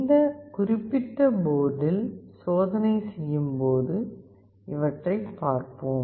இந்த குறிப்பிட்ட போர்டில் சோதனை செய்யும் போது இவற்றைப் பார்ப்போம்